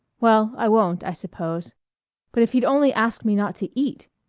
well, i won't, i suppose but if he'd only asked me not to eat!